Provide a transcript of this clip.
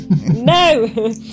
No